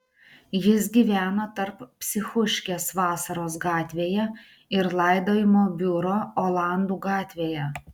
jis gyveno tarp psichuškės vasaros gatvėje ir laidojimo biuro olandų gatvėje